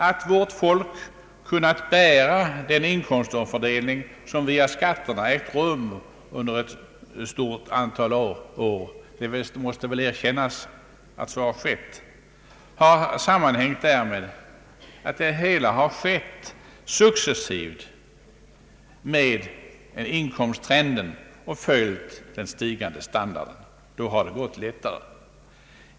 Att vårt folk har kunnat bära den inkomstomfördelning som via skatterna har ägt rum under ett stort antal år — det måste väl erkännas att så har skett — har hängt samman med att det hela har skett successivt med inkomsttrenden och mer eller mindre automatiskt följt den stigande standarden. Då har det gått lättare.